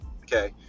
Okay